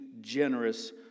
generous